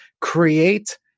create